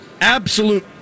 absolute